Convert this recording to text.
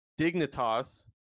dignitas